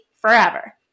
forever